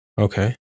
Okay